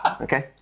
Okay